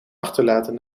achterlaten